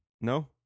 No